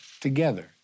together